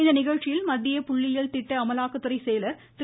இந்நிகழ்ச்சியில் மத்திய புள்ளியியல் திட்ட அமலாக்கத் துறை செயலர் திரு